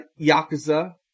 Yakuza